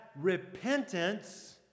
repentance